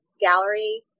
gallery